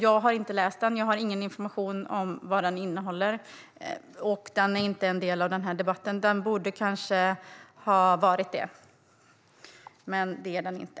Jag har inte läst den; jag har ingen information om vad den innehåller. Den är inte en del av den här debatten. Det borde den kanske ha varit, men det är den inte.